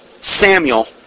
Samuel